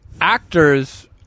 actors